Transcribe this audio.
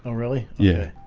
really yeah.